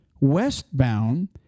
westbound